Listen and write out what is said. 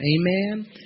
Amen